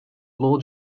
law